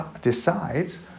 decides